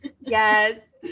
Yes